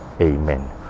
Amen